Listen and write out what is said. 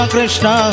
Krishna